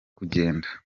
kugenda